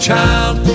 Child